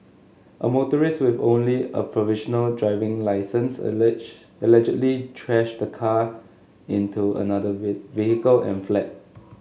a motorist with only a provisional driving licence allege allegedly trashed the car into another we vehicle and fled